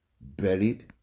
buried